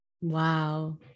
wow